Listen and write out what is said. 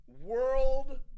world